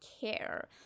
care